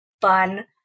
fun